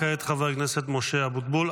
כעת חבר הכנסת משה אבוטבול,